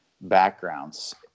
backgrounds